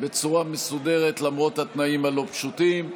בצורה מסודרת למרות התנאים הלא-פשוטים.